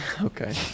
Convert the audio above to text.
Okay